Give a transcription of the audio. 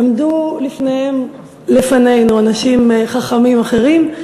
עמדו בפניהן לפנינו אנשים חכמים אחרים.